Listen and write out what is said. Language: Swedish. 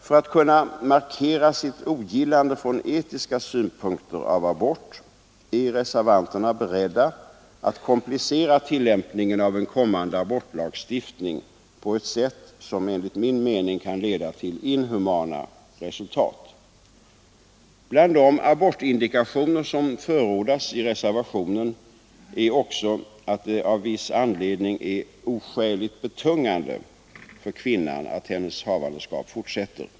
För att kunna markera sitt ogillande från etiska synpunkter av abort är reservanterna beredda att komplicera tillämpningen av en kommande abortlagstiftning på ett sätt som enligt min mening kan leda till inhumana resultat. Bland de abortindikationer som förordas i reservationen är också att det av viss anledning är oskäligt betungande för kvinnan att hennes havandeskap fortsätter.